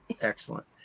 Excellent